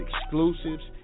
exclusives